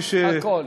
הכול.